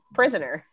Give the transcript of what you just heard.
prisoner